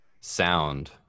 sound